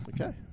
Okay